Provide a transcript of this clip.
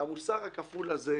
המצב הוא נפיץ.